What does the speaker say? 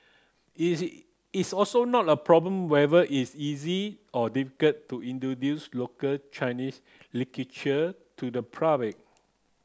it's also not a problem whether it's easy or difficult to introduce local Chinese literature to the public